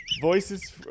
voices